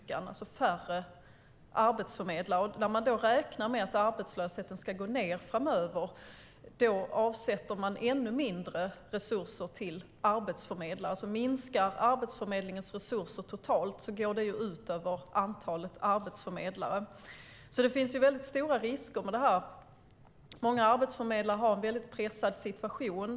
Det finns alltså färre arbetsförmedlare. När man sedan räknar med att arbetslösheten ska gå ned framöver avsätter man ännu mindre resurser till arbetsförmedlare. Minskar Arbetsförmedlingens resurser totalt går det ut över antalet arbetsförmedlare. Det finns alltså stora risker med detta. Många arbetsförmedlare har en pressad situation.